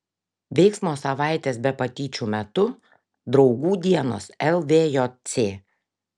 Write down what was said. veiksmo savaitės be patyčių metu draugų dienos lvjc